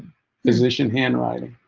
musician handwriting